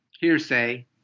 hearsay